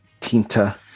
Tinta